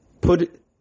put